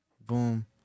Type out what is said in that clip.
Boom